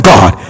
God